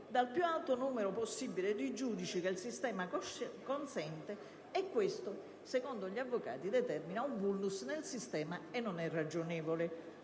dal più alto numero possibile di giudici che il sistema consente. Questo secondo gli avvocati determina un *vulnus* nel sistema stesso e non è ragionevole.